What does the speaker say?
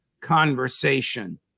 conversation